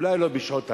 אולי לא בשעות הלילה,